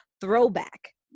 throwback